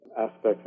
aspects